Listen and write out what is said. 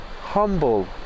humble